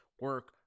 Work